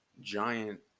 giant